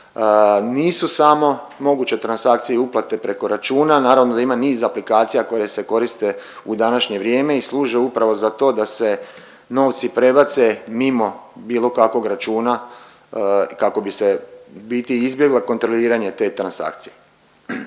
Nisu samo moguće transakcije i uplate preko računa, naravno da ima niz aplikacija koje se koriste u današnje vrijeme i služe upravo za to da se novci prebace mimo bilo kakvog računa kako bi se u biti izbjeglo kontroliranje te transakcije.